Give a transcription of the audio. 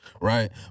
right